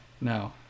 No